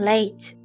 Late